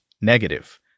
negative